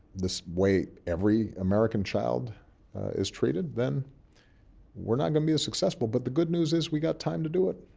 the way every american child is treated, then we're not going to be as successful. but the good news is we've got time to do it.